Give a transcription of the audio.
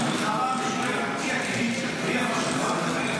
המלחמה המשותפת היא החשובה,